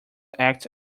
act